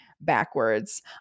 backwards